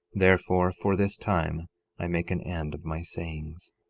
therefore for this time i make an end of my sayings.